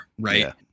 right